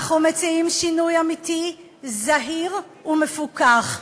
אנחנו מציעים שינוי אמיתי, זהיר ומפוכח.